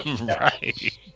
Right